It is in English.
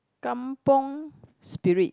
kampung spirit